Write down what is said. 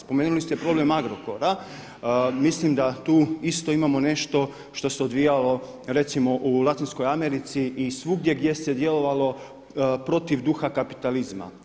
Spomenuli ste problem Agrokora, mislim da tu isto imamo nešto što se odvijalo recimo u Latinskoj Americi i svugdje gdje se djelovalo protiv duha kapitalizma.